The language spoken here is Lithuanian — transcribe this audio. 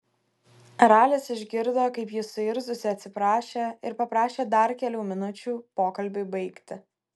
ralis išgirdo kaip ji suirzusi atsiprašė ir paprašė dar kelių minučių pokalbiui baigti